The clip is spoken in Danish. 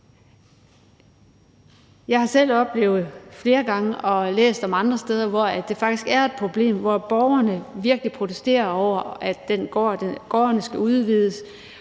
Jeg har selv oplevet det flere gange og har læst om andre steder, hvor det faktisk er et problem, hvor borgerne virkelig protesterer over, at gårdene skal udvides,